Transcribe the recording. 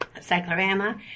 Cyclorama